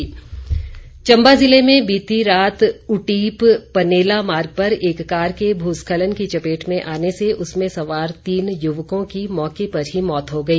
दुर्घटना चंबा जिले में बीती रात उटीप पनेला मार्ग पर एक कार के भूस्खलन की चपेट में आने से उसमें सवार तीन युवकों की मौके पर ही मौत हो गई